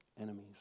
enemies